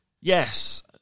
Yes